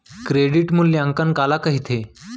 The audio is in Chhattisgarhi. क्रेडिट मूल्यांकन काला कहिथे?